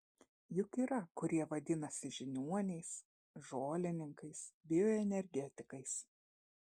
juk yra kurie vadinasi žiniuoniais žolininkais bioenergetikais